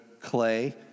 clay